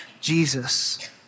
Jesus